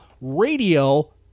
radio